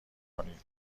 کنید